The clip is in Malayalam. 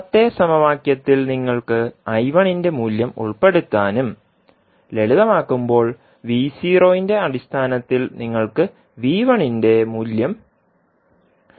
മുമ്പത്തെ സമവാക്യത്തിൽ നിങ്ങൾക്ക് ന്റെ മൂല്യം ഉൾപ്പെടുത്താനും ലളിതമാക്കുമ്പോൾ ന്റെ അടിസ്ഥാനത്തിൽ നിങ്ങൾക്ക് ന്റെ മൂല്യം ലഭിക്കും